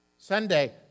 Sunday